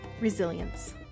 Resilience